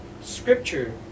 Scripture